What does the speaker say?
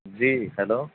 جی hello